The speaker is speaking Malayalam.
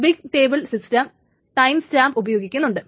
big table system time stamp ഉപയോഗിക്കുന്നുണ്ട്